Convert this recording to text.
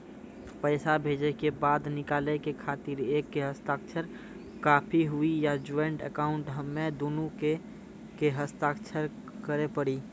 पैसा भेजै के बाद निकाले के खातिर एक के हस्ताक्षर काफी हुई या ज्वाइंट अकाउंट हम्मे दुनो के के हस्ताक्षर करे पड़ी?